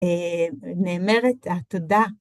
נאמרת, תודה.